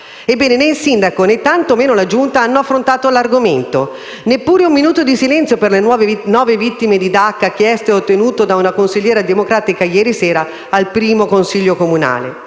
Ebbene, né il sindaco né tantomeno la giunta hanno affrontato l'argomento; neppure un minuto di silenzio per le nove vittime di Dacca, chiesto e ottenuto da una consigliera democratica ieri sera al primo consiglio comunale.